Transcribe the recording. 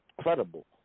credible